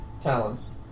talents